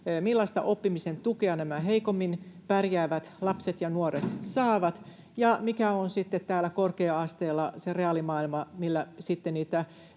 millaista oppimisen tukea heikommin pärjäävät lapset ja nuoret saavat ja mikä on sitten täällä korkea-asteella se reaalimaailma,